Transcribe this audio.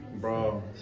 Bro